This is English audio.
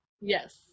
Yes